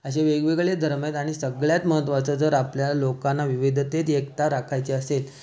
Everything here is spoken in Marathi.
असे वेगवेगळे धर्म आहेत आणि सगळ्यात महत्वाचं जर आपल्या लोकांना विविधतेत एकता राखायची असेल